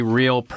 real